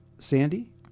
sandy